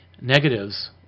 negatives